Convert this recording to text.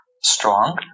strong